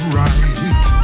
right